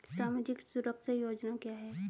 सामाजिक सुरक्षा योजना क्या है?